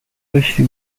داشتی